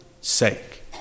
sake